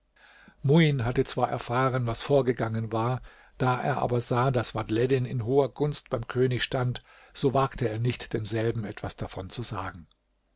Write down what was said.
muin hatte zwar erfahren was vorgegangen war da er aber sah daß vadhleddin in hoher gunst beim könig stand so wagte er nicht demselben etwas davon zu sagen